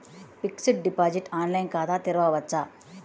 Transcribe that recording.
Fixed deposit online ఖాతా తెరువవచ్చా?